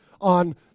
on